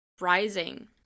rising